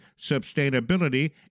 sustainability